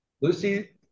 Lucy